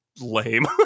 lame